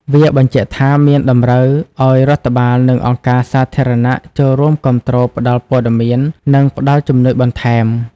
វាបញ្ជាក់ថា មានតម្រូវឲ្យរដ្ឋបាល និងអង្គការសាធារណៈចូលរួមគាំទ្រផ្តល់ព័ត៌មាននិងផ្ដល់ជំនួយបន្ថែម។